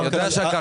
הקרקע שולמה,